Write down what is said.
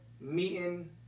meeting